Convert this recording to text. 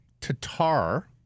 Tatar